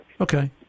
Okay